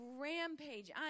rampage